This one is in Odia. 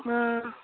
ହଁ